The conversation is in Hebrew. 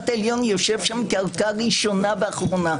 העליון יושב שם כערכאה ראשונה ואחרונה.